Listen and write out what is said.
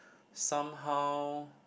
somehow